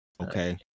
okay